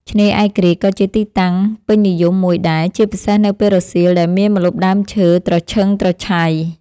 ឆ្នេរឯករាជ្យក៏ជាទីតាំងពេញនិយមមួយដែរ ជាពិសេសនៅពេលរសៀលដែលមានម្លប់ដើមឈើត្រឈឹងត្រឈៃ។